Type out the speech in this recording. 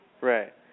Right